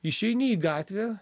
išeini į gatvę